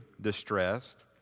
distressed